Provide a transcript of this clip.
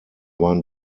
waren